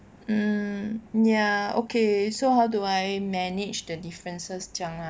mm ya okay so how do I manage the differences 这样 lah